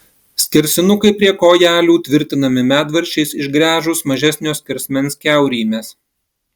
skersinukai prie kojelių tvirtinami medvaržčiais išgręžus mažesnio skersmens kiaurymes